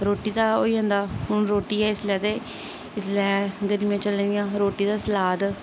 रोटी दा होई जंदा हून रोटी ऐ इसलै ते इसलै गर्मियै चलै दियां रोटी ते सलाद